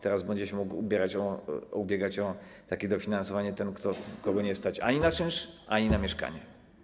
Teraz będzie się mógł ubiegać o takie dofinansowanie ten, kogo nie stać ani na czynsz, ani na mieszkanie.